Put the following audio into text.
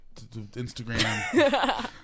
Instagram